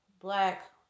black